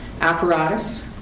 Apparatus